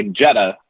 Jetta